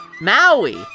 Maui